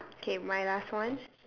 K my last one